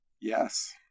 Yes